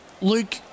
Luke